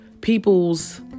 people's